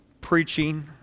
Preaching